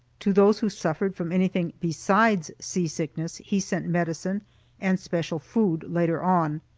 to those who suffered from anything besides seasickness he sent medicine and special food later on.